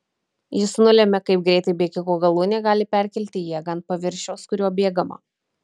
jis nulemia kaip greitai bėgiko galūnė gali perkelti jėgą ant paviršiaus kuriuo bėgama